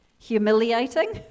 Humiliating